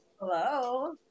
Hello